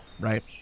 right